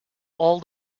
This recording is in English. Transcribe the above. all